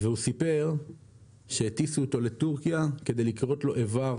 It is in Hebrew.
והוא סיפר שהטיסו אותו לטורקיה כדי לכרות לו איבר,